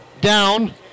down